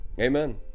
Amen